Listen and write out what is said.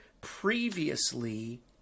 previously